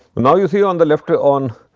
now, you see on the left ah on.